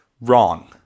wrong